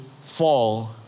fall